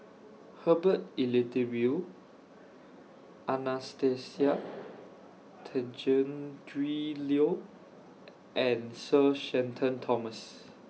Herbert Eleuterio Anastasia Tjendri Liew and Sir Shenton Thomas